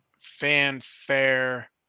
fanfare